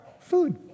food